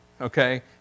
okay